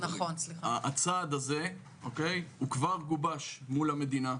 הצעד הזה כבר גובש מול המדינה.